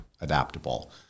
adaptable